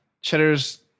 Cheddar's